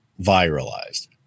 viralized